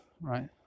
right